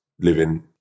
living